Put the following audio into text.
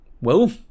Well